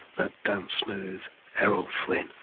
that damned smooth errol flynn.